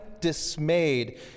dismayed